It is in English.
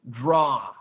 Draw